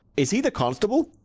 is he the constable?